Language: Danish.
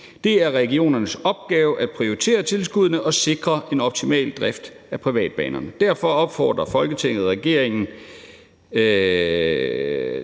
Det er regionernes opgave at prioritere tilskuddene og sikre en optimal drift af privatbanerne. Derfor opfordrer Folketinget regeringen